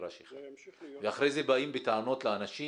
מגרש אחד ואחרי זה באים בטענות לאנשים.